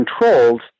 controlled